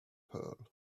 pearl